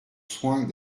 soins